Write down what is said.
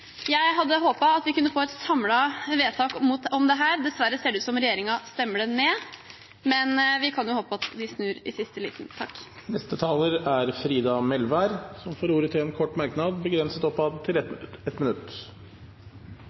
Jeg hadde håpet at vi kunne få et samlende vedtak om dette. Dessverre ser det ut som om regjeringspartiene stemmer det ned. Men vi kan jo håpe at de snur i siste liten. Representanten Frida Melvær har hatt ordet to ganger tidligere og får ordet til en kort merknad, begrenset til 1 minutt.